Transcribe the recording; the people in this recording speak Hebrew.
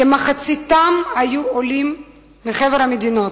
כמחציתם היו עולים מחבר המדינות,